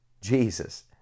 Jesus